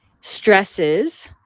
stresses